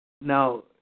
now